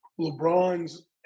LeBron's